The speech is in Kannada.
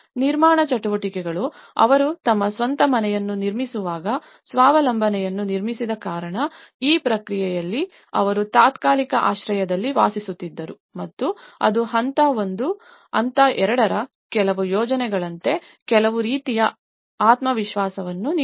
ನಿರ್ಮಾಣ ಚಟುವಟಿಕೆಗಳು ಅವರು ತಮ್ಮ ಸ್ವಂತ ಮನೆಯನ್ನು ನಿರ್ಮಿಸುವಾಗ ಸ್ವಾವಲಂಬನೆಯನ್ನು ನಿರ್ಮಿಸಿದ ಕಾರಣ ಈ ಪ್ರಕ್ರಿಯೆಯಲ್ಲಿ ಅವರು ತಾತ್ಕಾಲಿಕ ಆಶ್ರಯದಲ್ಲಿ ವಾಸಿಸುತ್ತಿದ್ದರು ಮತ್ತು ಇದು ಹಂತ 1 ಮತ್ತು ಹಂತ 2 ರ ಕೆಲವು ಯೋಜನೆಗಳಂತೆ ಕೆಲವು ರೀತಿಯ ಆತ್ಮವಿಶ್ವಾಸವನ್ನು ನೀಡಿತು